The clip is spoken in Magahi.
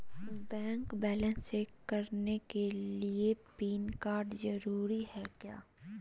बैंक बैलेंस चेक करने के लिए पैन कार्ड जरूरी है क्या?